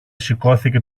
σηκώθηκε